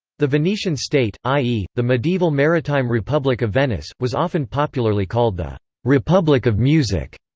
the venetian state i e, the medieval maritime republic of venice was often popularly called the republic of music,